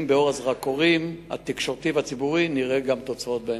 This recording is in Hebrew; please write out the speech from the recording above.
באור הזרקורים התקשורתי והציבורי נראה גם תוצאות בהמשך.